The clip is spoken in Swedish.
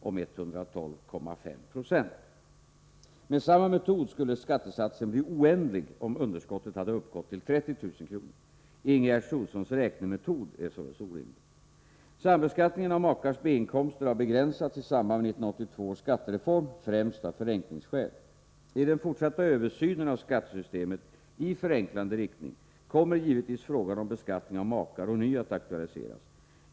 om 112,5 96. Med samma metod skulle skattesatsen bli oändlig, om underskottet hade uppgått till 30 000 kr. Ingegerd Troedssons räknemetod är således orimlig. Sambeskattningen av makars B-inkomster har begränsats i samband med 1982 års skattereform, främst av förenklingsskäl. I den fortsatta översynen av skattesystemet i förenklande riktning kommer givetvis frågan om beskattningen av makar ånyo att aktualiseras.